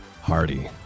Hardy